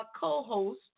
co-host